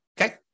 Okay